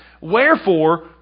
Wherefore